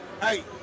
Hey